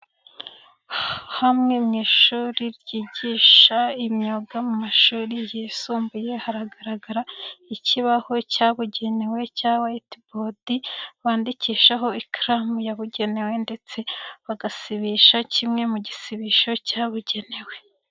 Hamwe mu ishuri ryigisha imyuga mu mashuri yisumbuye haragaragara ikibaho cyabugenewe cya wayite bodi bandikishaho ikaramu yabugenewe ndetse bagasibisha kimwe mu gisisho cyabugenewe.